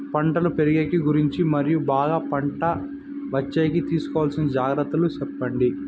పంటలు పెరిగేకి గురించి మరియు బాగా పంట వచ్చేకి తీసుకోవాల్సిన జాగ్రత్త లు సెప్పండి?